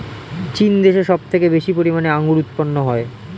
চীন দেশে সব থেকে বেশি পরিমাণে আঙ্গুর উৎপন্ন হয়